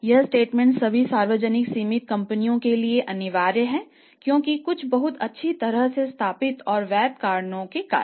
यह स्टेटमेंट सभी सार्वजनिक सीमित कंपनियों के लिए अनिवार्य है क्योंकि कुछ बहुत अच्छी तरह से स्थापित और वैध कारणों के कारण